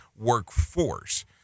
workforce